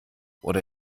oder